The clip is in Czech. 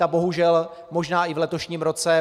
A bohužel, možná i v letošním roce.